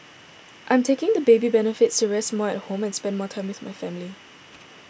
I'm taking the baby benefits to rest more at home and spend more time with my family